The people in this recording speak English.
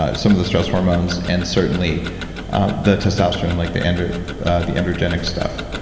ah some of the stress hormones, and certainly the testosterone like the and the androgenic stuff,